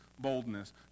boldness